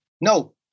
No